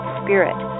spirit